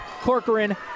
Corcoran